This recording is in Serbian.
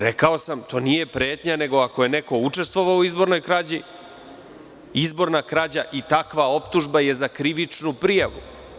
Rekao sam, to nije pretnja, već ako je neko učestvovao u izbornoj krađi, izborna krađa i takva optužba jesu za krivičnu prijavu.